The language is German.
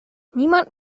niemand